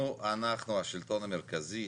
אנחנו, השלטון המרכזי,